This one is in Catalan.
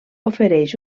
ofereix